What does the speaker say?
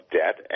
debt